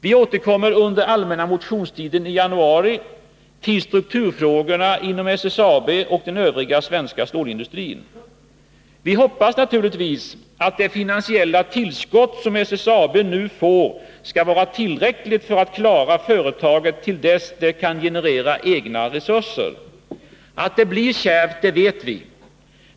Vi återkommer under allmänna motionstiden i januari 1982 till strukturfrågorna inom SSAB och den övriga svenska stålindustrin. Vi hoppas naturligtvis att det finansiella tillskott som SSAB nu får skall vara tillräckligt för att klara företaget, till dess det kan generera egna resurser. Att det blir kärvt det vet vi.